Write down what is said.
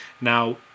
Now